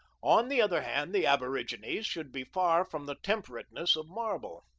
on the other hand, the aborigines should be far from the temperateness of marble.